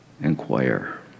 inquire